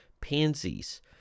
pansies